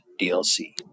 dlc